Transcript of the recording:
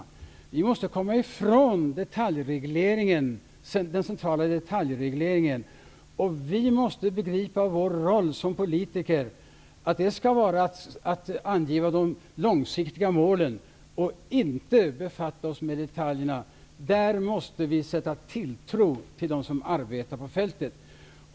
Vi måste komma ifrån den centrala detaljregleringen, och vi måste som politiker begripa att vår roll skall vara att angiva de långsiktiga målen, inte att befatta oss med detaljerna. Där måste vi sätta tilltro till dem som arbetar ute på fältet.